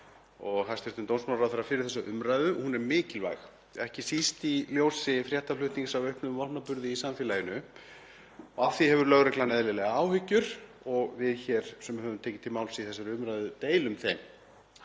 og hæstv. dómsmálaráðherra fyrir þessa umræðu. Hún er mikilvæg, ekki síst í ljósi fréttaflutnings af auknum vopnaburði í samfélaginu og af því hefur lögreglan eðlilega áhyggjur og við hér sem höfum tekið til máls í þessari umræðu deilum þeim.